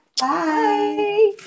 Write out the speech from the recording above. bye